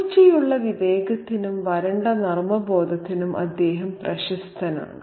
മൂർച്ചയുള്ള വിവേകത്തിനും വരണ്ട നർമ്മബോധത്തിനും അദ്ദേഹം പ്രശസ്തനാണ്